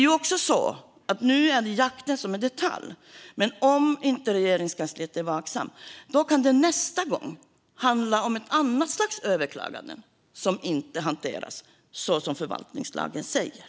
Nu handlar det om jakten, men om inte Regeringskansliet är vaksamt kan det nästa gång handla om ett annat slags överklaganden som inte hanteras så som förvaltningslagen säger.